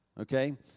Okay